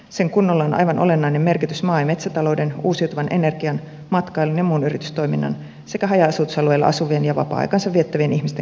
sen kunnolla on aivan olennainen merkitys maa ja metsätalouden uusiutuvan energian matkailun ja muun yritystoiminnan sekä haja asutusalueilla asuvien ja vapaa aikaansa viettävien ihmisten kannalta